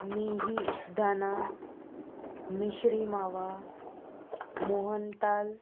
मिही धाना मिश्री मावा मोहन ताल